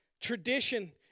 tradition